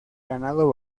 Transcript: ganado